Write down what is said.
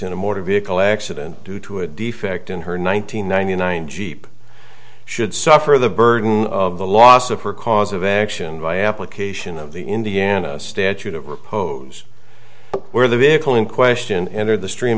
a motor vehicle accident due to a defect in her one nine hundred ninety nine jeep should suffer the burden of the loss of her cause of action by application of the indiana statute of repose where the vehicle in question enter the stream